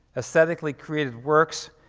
aesthetically created works,